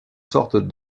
sortent